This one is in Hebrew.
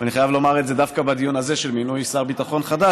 ואני חייב לומר את זה דווקא בדיון הזה של מינוי שר ביטחון חדש,